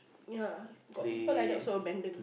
ya got people like that also abandon